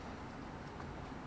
yah 用水 lah 不然